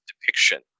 depiction